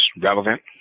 relevant